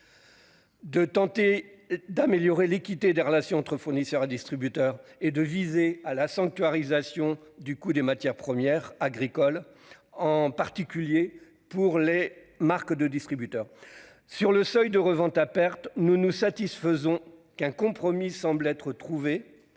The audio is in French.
de tenter d'améliorer l'équité des relations entre fournisseurs et distributeurs et de viser à la sanctuarisation du coût des matières premières agricoles, en particulier pour les marques de distributeur. Sur le seuil de revente à perte, nous nous réjouissons qu'un compromis soit en vue,